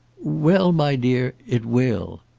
well, my dear it will.